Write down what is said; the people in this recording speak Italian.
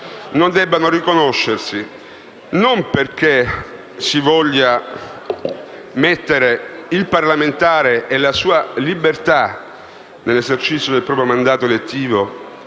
più essere riconosciuti. E questo non perché si voglia mettere il parlamentare, e la sua libertà nell'esercizio del proprio mandato elettivo,